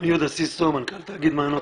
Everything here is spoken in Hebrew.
אם יש כבר 30 תאגידים,